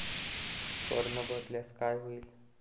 कर न भरल्यास काय होईल?